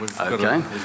Okay